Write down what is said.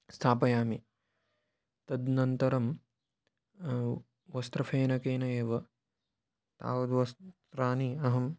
स्थापयामि तदनन्तरं वस्त्रफेनकेन एव तावत् वस्त्राणि अहं